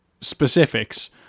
specifics